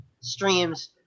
streams